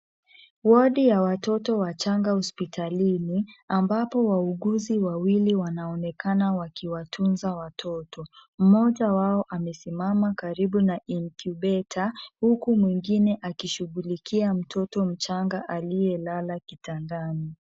Wodi ya watoto wachanga hospitalini, ambapo wauguzi wawili wanaonekana wakiwatunza watoto. Mmoja wao amesimama karibu na inkubeta , huku mwingine akishughulikia mtoto mchanga aliyelala kitandani.